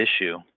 issue